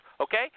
okay